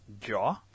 Jaw